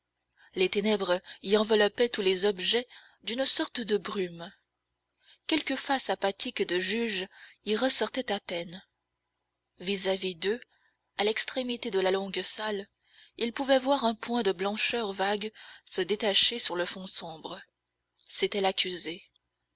les ténèbres y enveloppaient tous les objets d'une sorte de brume quelques faces apathiques de juges y ressortaient à peine vis-à-vis d'eux à l'extrémité de la longue salle ils pouvaient voir un point de blancheur vague se détacher sur le fond sombre c'était l'accusée